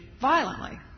violently